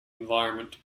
environment